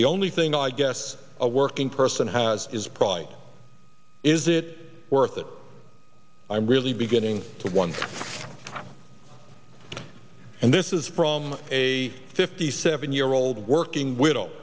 the only thing i guess a working person has is pride is it worth it i'm really beginning to wonder and this is from a fifty seven year old working widow